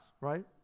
right